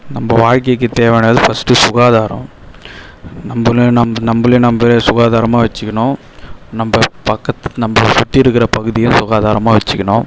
நம்ப வாழ்கைக்கு தேவையானது ஃபர்ஸ்ட்டு சுகாதாரம் நம்பளையும் நம் நம்பளையும் நம்பளே சுகாதாரமாக வச்சுக்குணும் நம்ப பக்கத் நம்பளை சுற்றி இருக்கிற பகுதியும் சுகாதாரமாக வச்சுக்குணும்